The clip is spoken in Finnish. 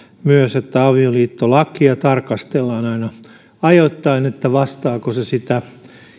myös että avioliittolakia tarkastellaan aina ajoittain että vastaako se sitä